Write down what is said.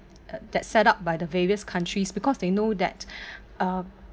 that set up by the various countries because they know that uh